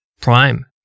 Prime